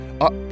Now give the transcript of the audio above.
Up